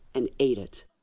and ate it.